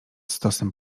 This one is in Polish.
stosem